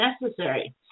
necessary